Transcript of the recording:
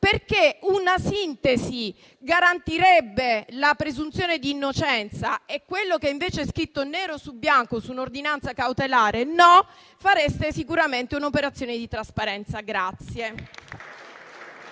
perché una sintesi garantirebbe la presunzione d'innocenza e quello che, invece, è scritto nero su bianco su un'ordinanza cautelare non lo farebbe, fareste sicuramente un'operazione di trasparenza.